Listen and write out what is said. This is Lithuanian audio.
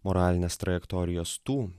moralinės trajektorijos tų